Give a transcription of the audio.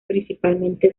principalmente